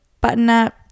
button-up